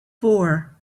four